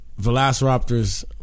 Velociraptors